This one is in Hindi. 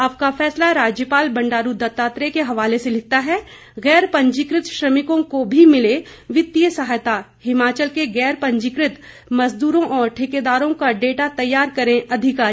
आपका फैसला राज्यपाल बंडारू दत्तात्रेय के हवाले से लिखता है गैर पंजीकृत श्रमिकों को भी मिले वित्तीय सहायता हिमाचल के गैर पंजीकृत मजदूरों और ठेकेदारों का डेटा तैयार करें अधिकारी